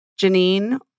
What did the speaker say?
Janine